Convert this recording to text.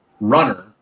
runner